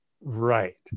Right